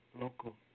local